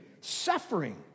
Suffering